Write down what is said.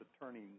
attorney